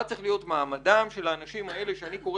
מה צריך להיות מעמדם של האנשים האלה שאני קורא